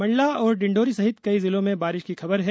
मंडला और डिंडौरी सहित कई जिलों में बारिश की खबर है